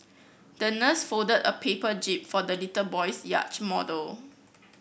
the nurse folded a paper jib for the little boy's yacht model